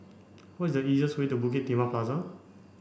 what is the easiest way to Bukit Timah Plaza